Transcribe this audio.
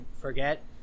forget